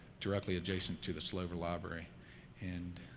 directly adjacent to the slovin library and